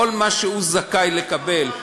כל מה שהוא זכאי לקבל,